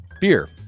beer